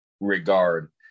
Regard